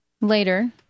later